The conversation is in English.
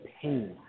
pain